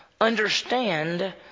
understand